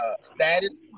status